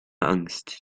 angst